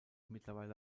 mittlerweile